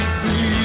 see